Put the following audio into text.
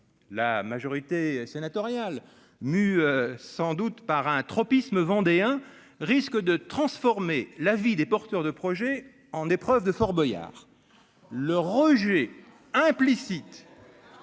la majorité sénatoriale, MU, sans doute par un tropisme vendéen risque de transformer la vie des porteurs de projets en épreuve de Fort Boyard, le rejet implicite